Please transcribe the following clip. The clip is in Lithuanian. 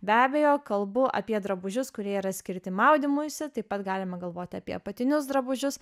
be abejo kalbu apie drabužius kurie yra skirti maudymuisi taip pat galima galvoti apie apatinius drabužius